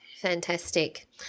Fantastic